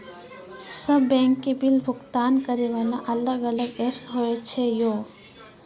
सब बैंक के बिल भुगतान करे वाला अलग अलग ऐप्स होय छै यो?